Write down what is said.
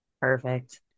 Perfect